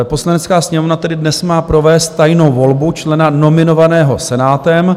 Poslanecká sněmovna tedy dnes má provést tajnou volbu člena nominovaného Senátem.